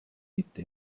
mitte